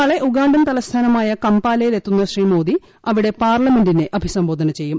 നാളെ ഉഗാണ്ടൻ തലസ്ഥാനമായ കംപാലയിലെത്തുന്ന ശ്രീ മോദി അവിടെ പാർലമെന്റിനെ അഭിസംബോധന ചെയ്യും